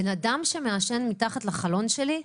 אדם שמעשן מתחת לחלון שלי,